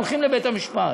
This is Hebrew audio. הולכים לבית-המשפט,